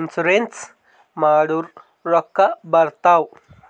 insurance ಮಾಡುರ್ ರೊಕ್ಕಾ ಬರ್ತಾವ್